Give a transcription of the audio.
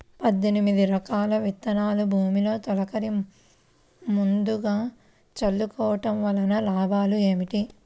పద్దెనిమిది రకాల విత్తనాలు భూమిలో తొలకరి ముందుగా చల్లుకోవటం వలన లాభాలు ఏమిటి?